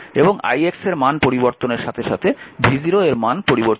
এবং ix এর মান পরিবর্তনের সাথে সাথে v0 এর মান পরিবর্তিত হয়